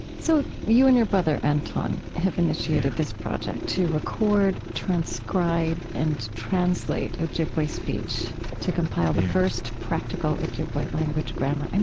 so you and your brother anton have initiated this project to record, transcribe, and translate ojibwe speech, to compile the first practical ojibwe language grammar.